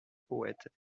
poet